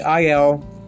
il